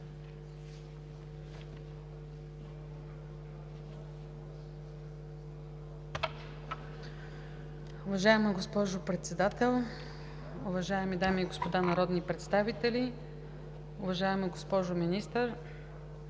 Уважаема госпожо Председател, уважаеми дами и господа народни представители, Уважаема госпожо Министър!